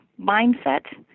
mindset